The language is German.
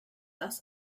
das